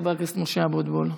חבר הכנסת משה אבוטבול.